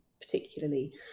particularly